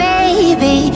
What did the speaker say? Baby